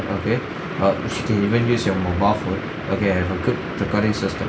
okay uh if you can even use your mobile phone okay have a good recording system